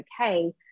okay